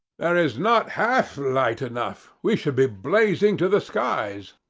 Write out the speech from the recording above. there is not half light enough. we should be blazing to the skies.